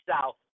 South